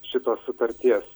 šitos sutarties